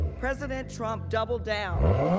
president trump double down.